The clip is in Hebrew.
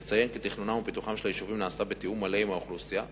נציין כי תכנונם ופיתוחם של היישובים נעשים בתיאום מלא עם האוכלוסייה,